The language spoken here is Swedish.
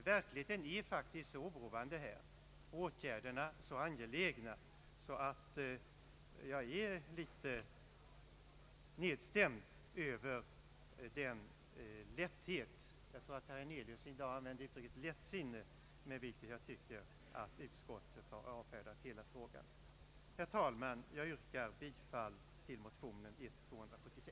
Verkligheten är faktiskt så oroande och åtgärderna så angelägna att jag är litet nedstämd över den lätthet — jag tror att herr Hernelius i dag i ett annat sammanhang använde uttryc ket lättsinne — med vilken utskottet enligt min mening har avfärdat hela frågan. Herr talman! motion I: 276. Jag yrkar bifall till